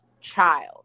child